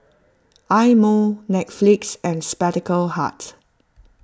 Eye Mo Netflix and Spectacle Hut